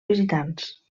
visitants